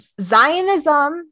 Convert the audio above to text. Zionism